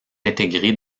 intégrés